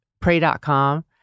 pray.com